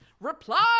Reply